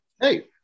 Hey